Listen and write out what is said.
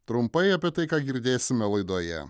trumpai apie tai ką girdėsime laidoje